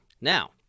Now